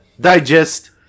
digest